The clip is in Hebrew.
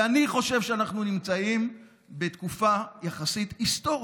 ואני חושב שאנחנו נמצאים בתקופה יחסית היסטורית,